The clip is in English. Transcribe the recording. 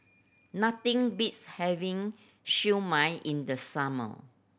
nothing beats having Siew Mai in the summer